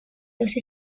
los